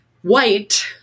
white